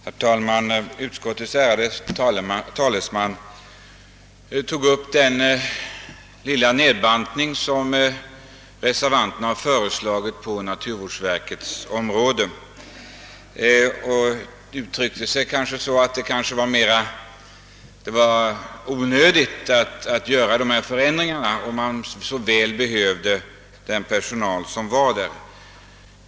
Herr talman! Utskottets ärade talesman tog upp den lilla nedbantning på naturvårdsverkets område som högerreservanterna föreslagit. Han uttryckte uppfattningen att det skulle vara onödigt att vidtaga dessa förändringar, eftersom man där så väl behövde den personal som man tagit upp.